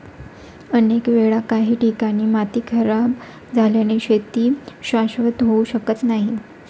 अनेक वेळा काही ठिकाणी माती खराब झाल्याने शेती शाश्वत होऊ शकत नाही